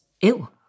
ill